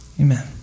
Amen